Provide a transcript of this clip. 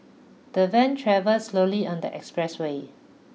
the van travelled slowly on the express way